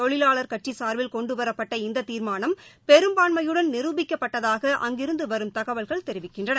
தொழிலாளர் கட்சிசார்பில் கொண்டுவரப்பட்ட இந்ததீர்மானம் பெரும்பான்மையுடன் நிருபிக்கப்பட்டதாக அங்கிருந்துவரும் தகவல்கள் தெரிவிக்கின்றன